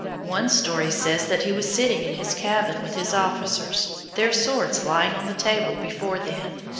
one story says that he was sitting in his cabin with his officers, their swords lying on the table before them,